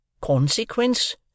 Consequence